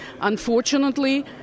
Unfortunately